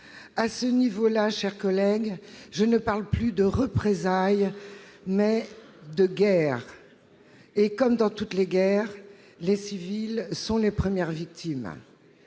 À ce niveau, chers collègues, il s'agit non plus de représailles, mais de guerre, et, comme dans toutes les guerres, les civils sont les premières victimes